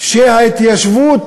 שההתיישבות